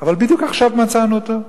אבל בדיוק עכשיו מצאנו אותו.